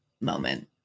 moment